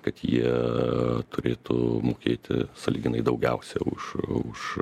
kad jie turėtų mokėti sąlyginai daugiausia už už